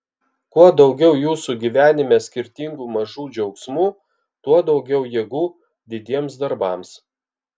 kuo daugiau jūsų gyvenime skirtingų mažų džiaugsmų tuo daugiau jėgų didiems darbams